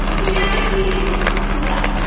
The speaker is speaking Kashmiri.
أسۍ چھِ بیٚہوان اِسلام آباد